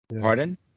Pardon